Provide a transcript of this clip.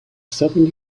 sudden